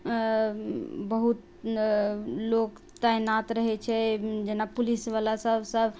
बहुत लोक तैनात रहै छै जेना पुलिसवला सभ सभ